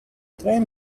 train